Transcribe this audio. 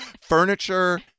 Furniture